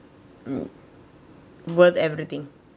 um worth everything